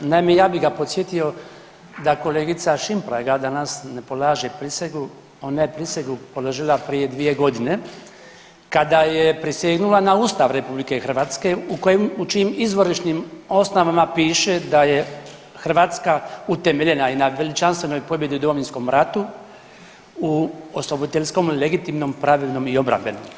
Naime, ja bi ga podsjetio da kolegica Šimpraga danas ne polaže prisegu, ona je prisegu položila prije 2.g. kada je prisegnula na Ustav RH u čijim izvorišnim osnovama piše da je Hrvatska utemeljena i na veličanstvenoj pobjedi u Domovinskom ratu u osloboditeljskom, legitimnom, pravednom i obrambenom.